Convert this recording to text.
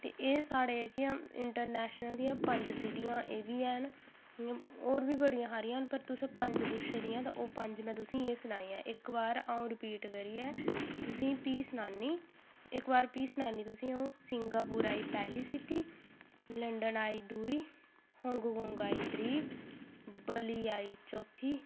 ते साढ़े जेह्कियां इंटरनैशनल दियां पंज सीटियां एह् बी हैन होर बी बड़ी सारियां न पर तुसें पंज पुच्छी दियां न ओह् पंज में तुसेंगी एह् सनाइयां न इक बार अ'ऊं रपीट करियै तुसेंगी फ्ही सनान्नी इक बार फ्ही सनान्नी तुसेंगी अ'ऊं सिंगापुर आई पैह्ली सीटी लंडन आई दूई हॉंगकॉंग आई त्री बाल्ली आई चौथी